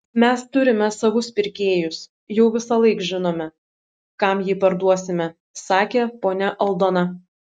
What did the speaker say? mes turime savus pirkėjus jau visąlaik žinome kam jį parduosime sakė ponia aldona